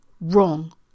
wrong